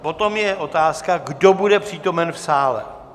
Potom je otázka, kdo bude přítomen v sále.